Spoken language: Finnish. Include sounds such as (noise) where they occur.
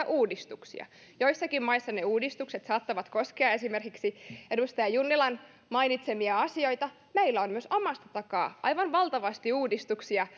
(unintelligible) uudistuksia joissakin maissa ne uudistukset saattavat koskea esimerkiksi edustaja junnilan mainitsemia asioita meillä on myös omasta takaa tekemättä aivan valtavasti uudistuksia (unintelligible)